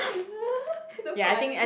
damn funny